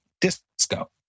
disco